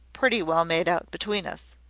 pretty well made out between us.